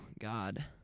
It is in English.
God